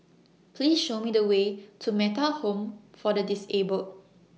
Please Show Me The Way to Metta Home For The Disabled